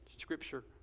Scripture